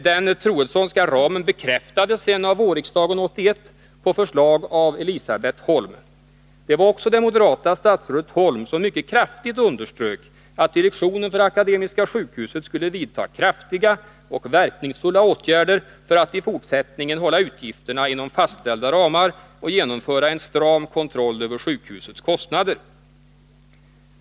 Den Troedssonska ramen bekräftades sedan av vårriksdagen 1981 på förslag av Elisabet Holm. Det var också det moderata statsrådet Holm som mycket kraftigt underströk att direktionen för Akademiska sjukhuset skulle vidta kraftiga och verkningsfulla åtgärder för att i fortsättningen hålla utgifterna inom fastställda ramar och genomföra en stram kontroll över sjukhusets kostnader.